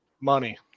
Money